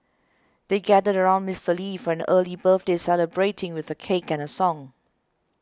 they gathered around Mister Lee for an early birthday celebrating with a cake and a song